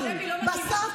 בממשלה?